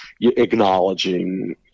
acknowledging